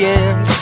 end